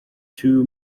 two